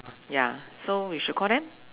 ya so we should call them